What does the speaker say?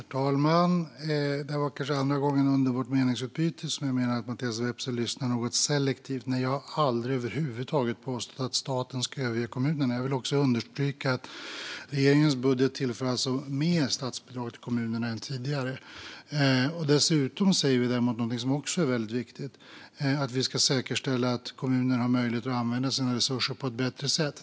Herr talman! Det här var kanske andra gången under vårt meningsutbyte som jag menar att Mattias Vepsä lyssnade något selektivt. Jag har aldrig över huvud taget påstått att staten ska överge kommunerna. Jag vill också understryka att regeringens budget tillför mer statsbidrag till kommunerna än tidigare. Dessutom säger det något som också är väldigt viktigt. Vi ska säkerställa att kommuner har möjlighet att använda sina resurser på ett bättre sätt.